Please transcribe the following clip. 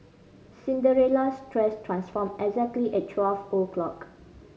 Cinderella's dress transformed exactly at twelve o'clock